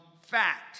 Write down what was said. fact